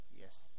Yes